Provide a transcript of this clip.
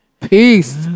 Peace